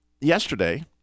yesterday